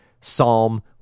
Psalm